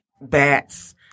bats